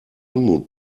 unmut